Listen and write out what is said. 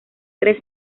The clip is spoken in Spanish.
tres